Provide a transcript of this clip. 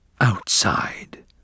outside